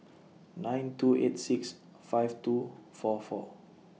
nine two eight six five two four four